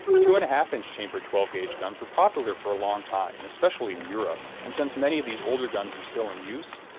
two and and chambered twelve ga guns were popular for a long time, especially in europe, and since many of these older guns are still in use,